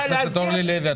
חברת הכנסת אורלי לוי,